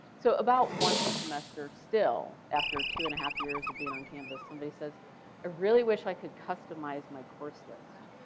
so, about once the semester still after two and half years of being on canvas, somebody says i really wish i could customize my course list.